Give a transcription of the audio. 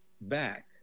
back